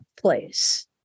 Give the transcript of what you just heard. place